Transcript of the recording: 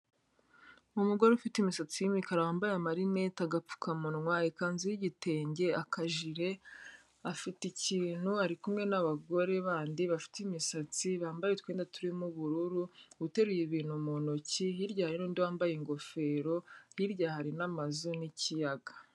Umugore ufite imisatsi y'imikara wambaye amarinete, agapfukamunwa, ikanzu y'igitenge, akajire, afite ikintu, ari kumwe n'abagore bandi bafite imisatsi, bambaye utwenda turimo ubururu, uteruye ibintu mu ntoki, hirya hari n'undi wambaye ingofero, hirya hari n'amazu n'ikiyaga.